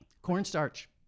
Cornstarch